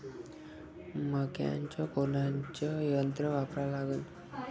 मक्याचं कोनचं यंत्र वापरा लागन?